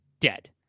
dead